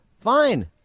Fine